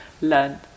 learn